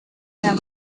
them